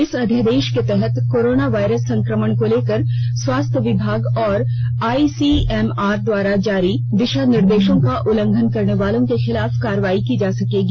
इस अध्यादेष के तहत कोरोना वायरस संकमण को लेकर स्वास्थ्य विभाग और आईसीएमआर द्वारा जारी दिषा निर्देषों का उल्लंघन करने वालों के खिलाफ कार्रवाई की जा सकेगी